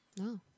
No